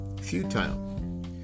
futile